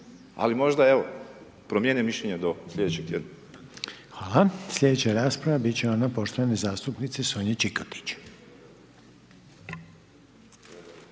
ali možda, evo, promijene mišljenje do sljedećeg tjedna. **Reiner, Željko (HDZ)** Hvala. Sljedeća rasprava biti će ona poštovane zastupnice Sonje Čikotić.